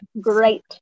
great